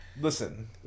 Listen